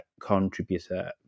contributor